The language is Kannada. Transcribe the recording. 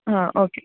ಹಾಂ ಓಕೆ